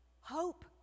hope